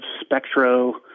Spectro